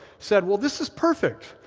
said, well, this is perfect.